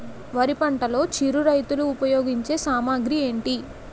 వరి పంటలో చిరు రైతులు ఉపయోగించే సామాగ్రి ఏంటి?